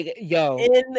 yo